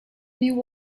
knew